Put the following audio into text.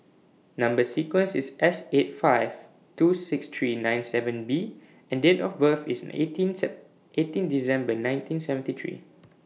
Number sequence IS S eight five two six three nine seven B and Date of birth IS eighteen eighteen December nineteen seventy three